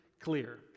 clear